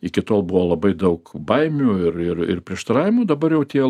iki tol buvo labai daug baimių ir ir ir prieštaravimų dabar jau tie